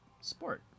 sport